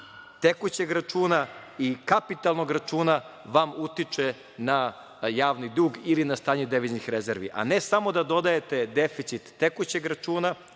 tekućeg računa i kapitalnog računa vam utiče na javni dug ili na stanje deviznih rezervi, a ne samo da dodajete deficit tekućeg računa,